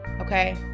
Okay